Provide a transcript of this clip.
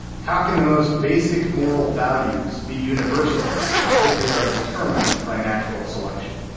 how can the most basic moral values be universal if they are determined by natural selection?